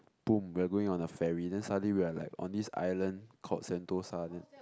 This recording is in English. boom we are going on a ferry then suddenly we are on this island called sentosa then